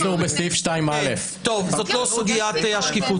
זאת לא סוגיית השקיפות.